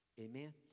Amen